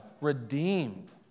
redeemed